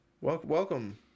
Welcome